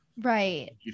right